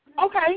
Okay